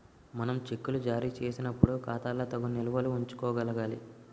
మనం చెక్కులు జారీ చేసినప్పుడు ఖాతాలో తగు నిల్వలు ఉంచుకోగలగాలి